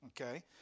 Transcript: Okay